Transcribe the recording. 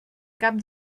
cap